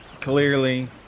Clearly